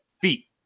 feet